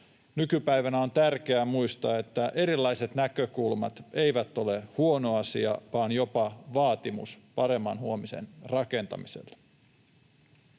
Nykypäivänä on tärkeää muistaa, että erilaiset näkökulmat eivät ole huono asia vaan jopa vaatimus paremman huomisen rakentamiselle.